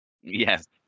Yes